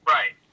Right